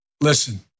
Listen